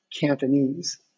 Cantonese